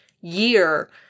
year